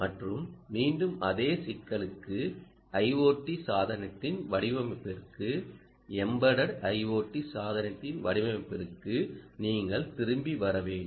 மற்றும் மீண்டும் அதே சிக்கலுக்கு IoT சாதனத்தின் வடிவமைப்பிற்கு எம்பட்டட் IoT சாதனத்தின் வடிவமைப்பிற்கு நீங்கள் திரும்பி வர வேண்டும்